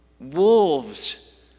Wolves